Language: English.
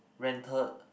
rented